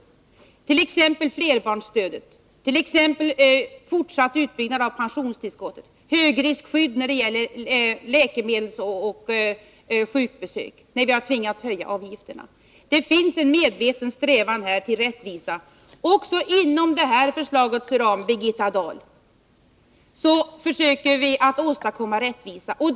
Det gäller t.ex. flerbarnsstödet och den fortsatta utbyggnaden av pensionstillskotten, och det gäller även högriskskyddet när vi tvingades höja avgifterna för läkemedel och sjukbesök. Det finns här en medveten strävan att skapa rättvisa. Också inom det här förslagets ram försöker vi att åstadkomma rättvisa, Birgitta Dahl.